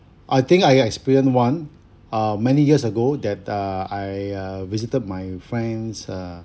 I think I experienced one uh many years ago that uh I uh visited my friends uh